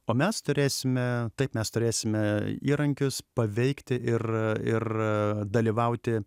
o mes turėsime taip mes turėsime įrankius paveikti ir ir dalyvauti